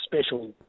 special